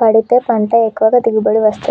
పడితే పంట ఎక్కువ దిగుబడి వస్తది